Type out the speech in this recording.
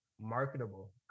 marketable